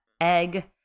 Egg